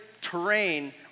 terrain